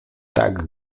tak